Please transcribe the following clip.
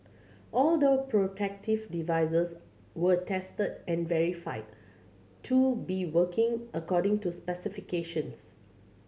all door protective devices were tested and verified to be working according to specifications